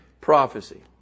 prophecy